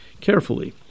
carefully